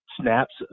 snaps